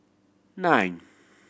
nine